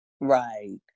right